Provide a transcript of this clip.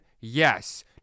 Yes